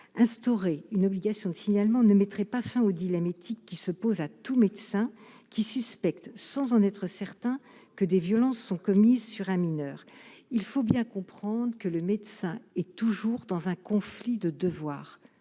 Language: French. instaurer une obligation de signalement ne mettrait pas fin au dilemme éthique qui se pose à tout médecin qui suspecte, sans en être certain que des violences sont commises sur un mineur, il faut bien comprendre que le médecin est toujours dans un conflit de devoir